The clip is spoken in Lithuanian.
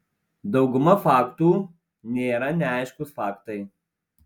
dauguma faktų nėra neaiškūs faktai